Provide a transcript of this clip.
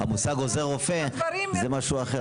המושג עוזר רופא זה משהו אחר.